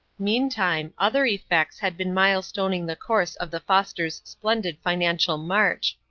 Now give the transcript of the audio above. meantime, other effects had been milestoning the course of the fosters' splendid financial march.